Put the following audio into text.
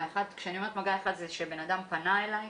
אחד כשאני אומרת מגע אחד זה שבן אדם פנה אלי,